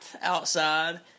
outside